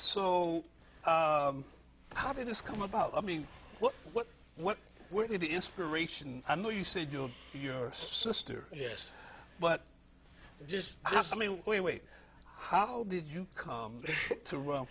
o how did this come about i mean what what what were the inspiration i know you said your sister yes but just a way how did you come to run